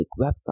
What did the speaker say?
website